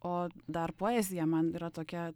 o dar poezija man yra tokia